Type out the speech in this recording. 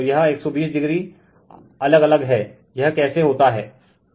तो यह 120o अलग अलग हैं यह कैसे होता हैं